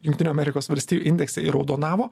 jungtinių amerikos valstijų indeksai raudonavo